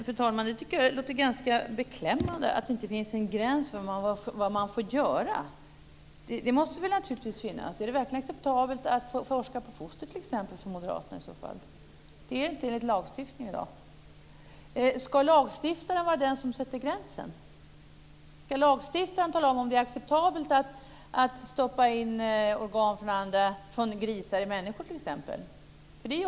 Fru talman! Jag tycker att det låter ganska beklämmande att det inte finns en gräns för vad man får göra. Det måste det naturligtvis finnas. Är det verkligen acceptabelt för moderaterna att t.ex. forska på foster? Det är det inte enligt lagstiftningen i dag. Ska lagstiftaren vara den som sätter gränsen? Ska lagstiftaren tala om ifall det är acceptabelt att t.ex. stoppa in organ från grisar i människor?